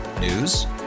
News